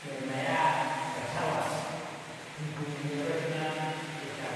merma ya ba charwa.